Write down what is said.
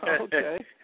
okay